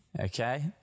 okay